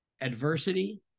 Adversity